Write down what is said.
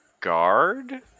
guard